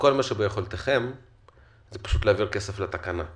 מה הבעיה להעביר כסף לתקנה?